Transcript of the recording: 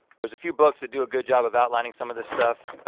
there's a few books that do a good job of outlining some of this stuff.